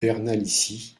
bernalicis